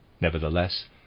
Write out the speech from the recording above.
Nevertheless